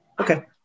okay